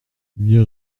huit